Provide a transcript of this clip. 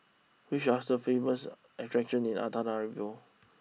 which are the famous attractions in Antananarivo